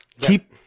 Keep